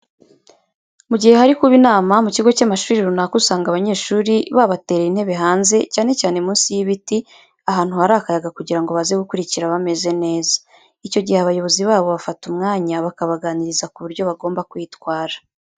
Mu gihe hari kuba inama mu kigo cy'amashuri runaka, usanga abanyeshuri babatereye intebe hanze, cyane cyane munsi y'ibiti ahantu hari akayaga kugira ngo baze gukurikira bameze neza. Icyo gihe abayobozi babo bafata umwanya bakabaganiriza ku buryo bagomba kwitwara.